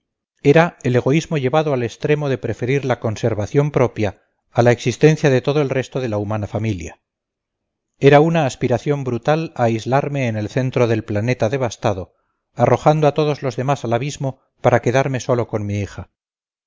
era el egoísmo llevado al extremo de preferir la conservación propia a la existencia de todo el resto de la humana familia era una aspiración brutal a aislarme en el centro del planeta devastado arrojando a todos los demás al abismo para quedarme solo con mi hija